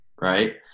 right